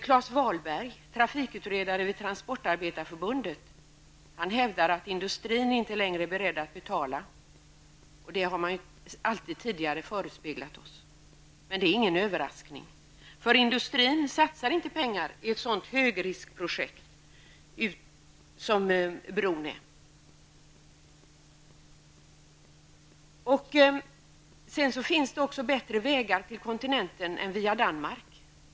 Klas Transportarbetareförbundet, hävdar att industrin inte längre är beredd att betala. Det har man alltid tidigare förespeglat oss. Men det är ingen överraskning, eftersom industrin inte satsar pengar i ett högriskprojekt som bron. Det finns också bättre vägar till kontinenten än via Danmark.